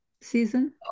season